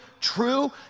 true